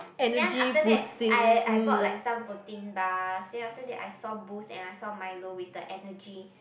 then after that I I brought like some protein bar then after that I saw boost and I saw milo with the energy